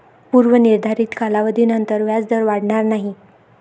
पूर्व निर्धारित कालावधीनंतर व्याजदर वाढणार नाही